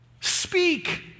Speak